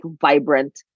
vibrant